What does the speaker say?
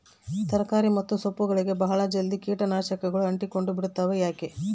ತರಕಾರಿ ಮತ್ತು ಸೊಪ್ಪುಗಳಗೆ ಬಹಳ ಜಲ್ದಿ ಕೇಟ ನಾಶಕಗಳು ಅಂಟಿಕೊಂಡ ಬಿಡ್ತವಾ ಯಾಕೆ?